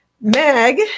Meg